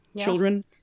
children